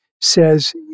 says